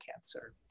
cancer